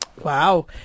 Wow